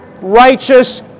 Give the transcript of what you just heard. righteous